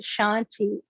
Shanti